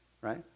right